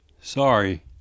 Sorry